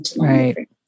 Right